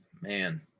man